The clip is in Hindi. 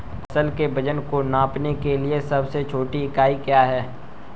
फसल के वजन को नापने के लिए सबसे छोटी इकाई क्या है?